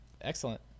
Excellent